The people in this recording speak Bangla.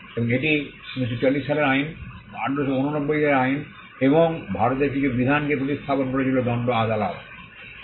এবং এটি 1940 সালের আইন 1889 এর আইন এবং ভারতের কিছু বিধানকে প্রতিস্থাপন করেছিল দণ্ড আদালত